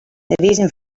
reason